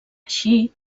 així